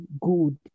good